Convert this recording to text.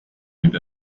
with